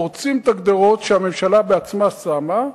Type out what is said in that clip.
פורצים את הגדרות שהממשלה בעצמה שמה,